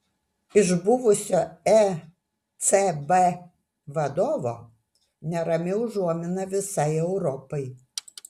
iš buvusio ecb vadovo nerami užuomina visai europai